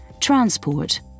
transport